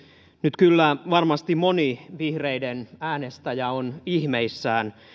nyt kyllä varmasti moni vihreiden äänestäjä on ihmeissään vielä